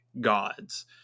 gods